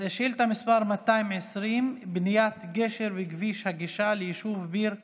מס' 220: בניית גשר בכביש הגישה ליישוב ביר הדאג'.